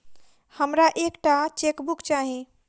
हमरा एक टा चेकबुक चाहि